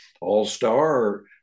All-Star